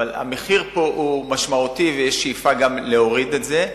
אבל המחיר פה הוא משמעותי ויש שאיפה להוריד את זה.